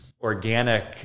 organic